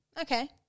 Okay